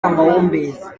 amahumbezi